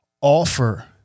offer